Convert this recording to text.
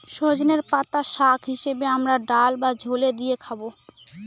সজনের পাতা শাক হিসেবে আমরা ডাল বা ঝোলে দিয়ে খাবো